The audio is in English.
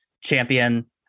champion